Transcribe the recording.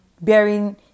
bearing